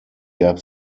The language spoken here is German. gab